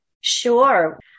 Sure